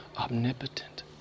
omnipotent